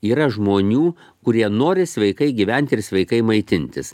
yra žmonių kurie nori sveikai gyventi ir sveikai maitintis